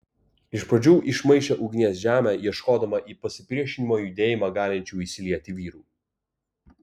iš pradžių išmaišė ugnies žemę ieškodama į pasipriešinimo judėjimą galinčių įsilieti vyrų